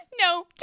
no